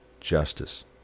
justice